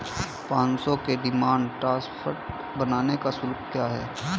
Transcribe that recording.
पाँच सौ के डिमांड ड्राफ्ट बनाने का शुल्क क्या है?